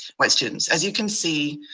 white students. as you can see,